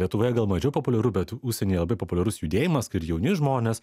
lietuvoje gal mažiau populiaru bet užsienyje labai populiarus judėjimas kai ir jauni žmonės